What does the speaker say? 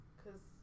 cause